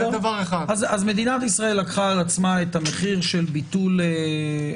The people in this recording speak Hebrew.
אז מדינת ישראל לקחה על עצמה את המחיר של ביטול האירוע.